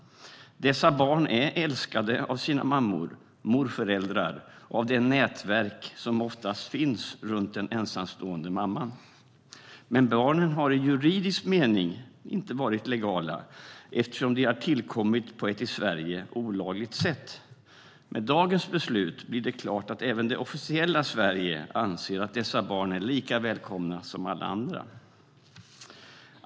Dessa barn är älskade av sina mammor och morföräldrar och av det nätverk som oftast finns runt den ensamstående mamman. Men barnen har i juridisk mening inte varit legala, eftersom de har tillkommit på ett i Sverige olagligt sätt. Med dagens beslut blir det klart att även det officiella Sverige anser att dessa barn är lika välkomna som alla andra.